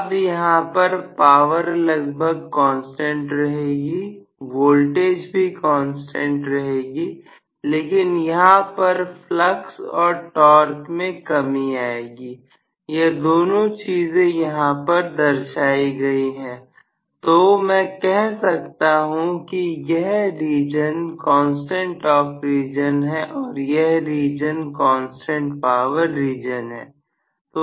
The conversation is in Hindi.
अब यहां पर पावर लगभग कांस्टेंट रहेगी वोल्टेज भी कांस्टेंट रहेगी लेकिन यहां पर फ्लक्स और टॉर्क में कमी आएगी यह दोनों चीजें यहां पर दर्शाई गई हैं तो मैं कह सकता हूं कि यह रीजन कांस्टेंट टॉर्क रीजन है और यह रीजन कांस्टेंट पावर रीजन है